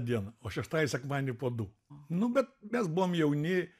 dieną o šeštadienį sekmadienį po du nu bet mes buvom jauni